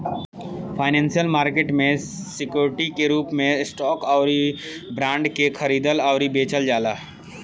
financial market में security के रूप में स्टॉक अउरी बॉन्ड के खरीदल अउरी बेचल जाला